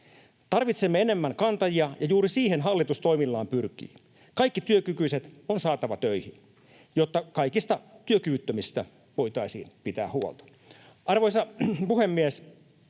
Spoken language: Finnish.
Tarvitsemme enemmän kantajia, ja juuri siihen hallitus toimillaan pyrkii. Kaikki työkykyiset on saatava töihin, jotta kaikista työkyvyttömistä voitaisiin pitää huolta. Arvoisa puhemies!